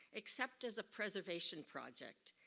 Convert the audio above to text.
except as a preservation project.